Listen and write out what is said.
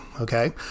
okay